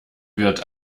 wird